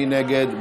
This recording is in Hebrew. מי נגד?